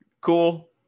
Cool